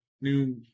new